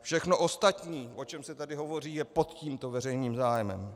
Všechno ostatní, o čem se tady hovoří, je pod tímto veřejným zájmem.